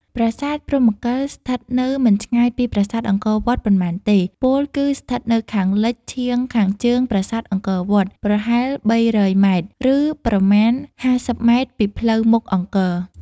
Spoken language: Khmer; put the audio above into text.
ប្រាសាទព្រហ្មកិល ស្ថិតនៅមិនឆ្ងាយពីប្រាសាទអង្គរវត្តប៉ុន្មានទេ ពោលគឺស្ថិតនៅខាងលិចឈៀងខាងជើងប្រាសាទអង្គរវត្ត ប្រហែល ៣០០ ម៉ែត្រ ឬប្រមាណ ៥០ ម៉ែត្រពីផ្លូវមុខអង្គរ។